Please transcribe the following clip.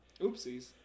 Oopsies